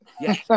Yes